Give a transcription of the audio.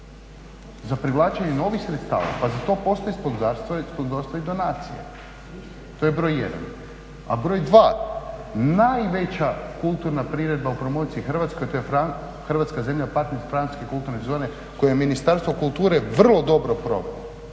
Za privlačenje novih sredstava? Pa za to postoji sponzorstvo … donacije. To je broj jedan. A broj dva, najveća kulturna priredba u promociji Hrvatske to je Hrvatska-zemlja partner francuske kulturne zone koju je Ministarstvo kulture vrlo dobro provelo